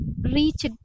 reach